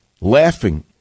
Laughing